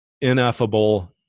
ineffable